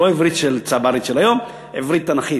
לא עברית צברית של היום, עברית תנ"כית.